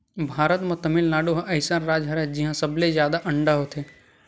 भारत म तमिलनाडु ह अइसन राज हरय जिंहा सबले जादा अंडा होथे